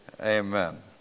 Amen